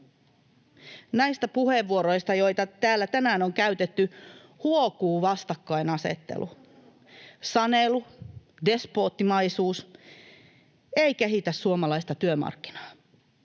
näistä puheenvuoroista, joita täällä tänään on käytetty, huokuu vastakkainasettelu. Sanelu, despoottimaisuus ei kehitä suomalaista työmarkkinaa.